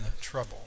trouble